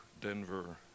Denver